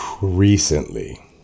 Recently